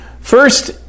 First